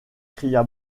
cria